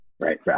Right